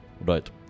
Right